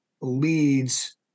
leads